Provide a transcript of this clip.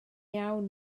iawn